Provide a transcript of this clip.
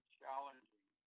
challenging